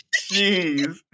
Jeez